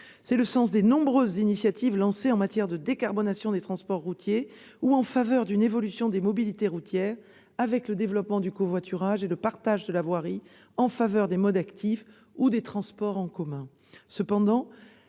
est le sens des nombreuses initiatives lancées en matière de décarbonation des transports routiers ou en faveur d'une évolution des mobilités routières, avec le développement du covoiturage et le partage de la voirie en faveur des modes actifs ou des transports en commun.